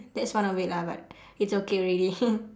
that's one of it lah but it's okay already